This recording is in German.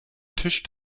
tisch